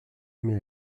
mais